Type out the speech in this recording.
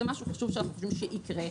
חשוב שזה יקרה.